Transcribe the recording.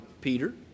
Peter